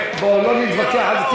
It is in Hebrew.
בואו לא נתווכח על זה.